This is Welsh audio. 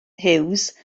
hughes